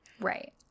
Right